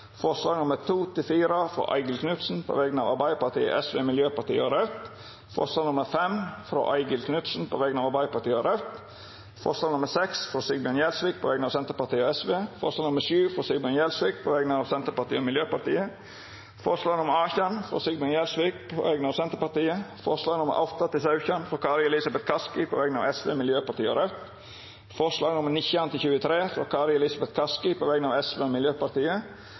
forslag nr. 5, frå Eigil Knutsen på vegner av Arbeidarpartiet og Raudt forslag nr. 6, frå Sigbjørn Gjelsvik på vegner av Senterpartiet og Sosialistisk Venstreparti forslag nr. 7, frå Sigbjørn Gjelsvik på vegner av Senterpartiet og Miljøpartiet Dei Grøne forslag nr. 18, frå Sigbjørn Gjelsvik på vegner av Senterpartiet forslaga nr. 8–17, frå Kari Elisabeth Kaski på vegner av Sosialistisk Venstreparti, Miljøpartiet Dei Grøne og Raudt forslaga nr. 19–23, frå Kari Elisabeth Kaski på vegner av Sosialistisk Venstreparti og Miljøpartiet